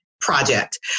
Project